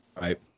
right